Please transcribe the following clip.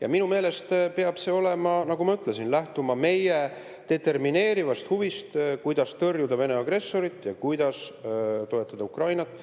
Ja minu meelest peab see, nagu ma ütlesin, lähtuma meie determineerivast huvist, kuidas tõrjuda Vene agressorit ja kuidas toetada Ukrainat.